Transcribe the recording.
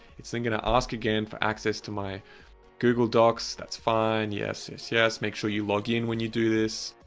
it's then going to ask again for access to my google docs. that's fine, yes, yes, make sure you log in when you do this,